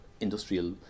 industrial